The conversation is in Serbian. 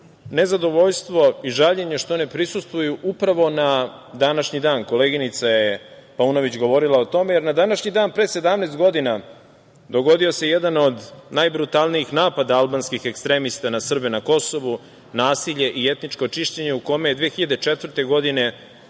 nezadovoljstvo i žaljenje što ne prisustvuju upravo na današnji dan, koleginica Paunović je govorila o tome, jer na današnji dan pre 17 godina dogodio se jedan od najbrutalnijih napada albanskih ekstremista na Srbe na Kosovu, nasilje i etničko čišćenje u kome je 2004. godine